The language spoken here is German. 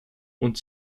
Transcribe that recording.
und